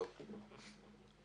אוקיי, מאה אחוז.